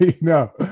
no